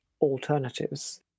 alternatives